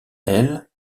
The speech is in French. elle